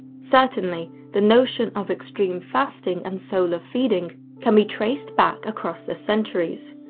certainly, the notion of extreme fasting and solar feeding can be traced back across the centuries,